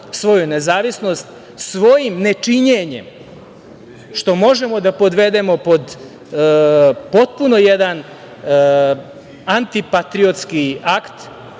svoju nezavisnost svojim nečinjenjem, što možemo da podvedemo pod potpuno jedan anti-patriotski akt.